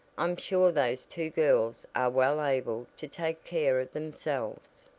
i'm sure those two girls are well able to take care of themselves,